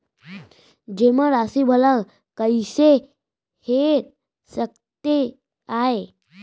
जेमा राशि भला कइसे हेर सकते आय?